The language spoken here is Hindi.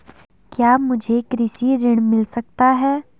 क्या मुझे कृषि ऋण मिल सकता है?